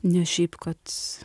ne šiaip kad